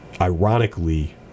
ironically